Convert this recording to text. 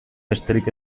besterik